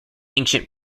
ancient